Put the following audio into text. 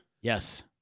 Yes